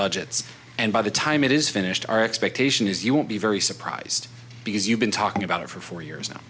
budgets and by the time it is finished our expectation is you won't be very surprised because you've been talking about it for four years now